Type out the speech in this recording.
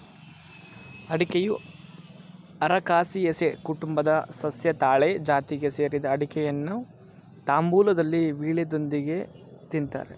ಅಡಿಕೆಯು Arecaceae ಕುಟುಂಬದ ಸಸ್ಯ ತಾಳೆ ಜಾತಿಗೆ ಸೇರಿದೆ ಅಡಿಕೆಯನ್ನು ತಾಂಬೂಲದಲ್ಲಿ ವೀಳ್ಯದೆಲೆಯೊಂದಿಗೆ ತಿನ್ತಾರೆ